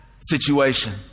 situation